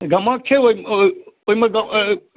गमक छै ओहिमे ओहि ओहि